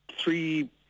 three